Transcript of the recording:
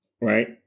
Right